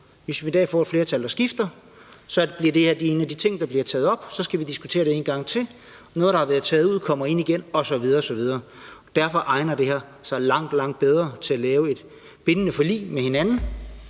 hvis vi en dag får et flertal, så regeringen skifter, så bliver det her en af de ting, der bliver taget op; så skal vi diskutere det en gang til, og noget, der er blevet taget ud, kommer ind igen, osv. osv. Og derfor egner det her sig langt, langt bedre til at lave et bindende forlig med hinanden